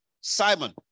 Simon